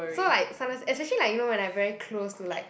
so like sometimes especially like you know when I very close to like